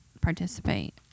participate